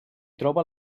troba